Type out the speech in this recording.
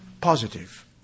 positive